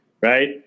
right